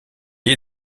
est